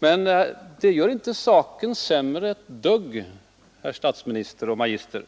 Men det gör inte saken ett dugg sämre, herr statsminister och magister,